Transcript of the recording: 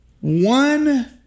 one